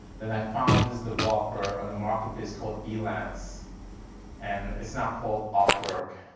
then i found this developer on the marketplace called elance and it's now called upwork.